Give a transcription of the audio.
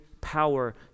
power